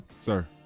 Sir